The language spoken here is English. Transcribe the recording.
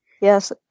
Yes